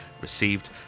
received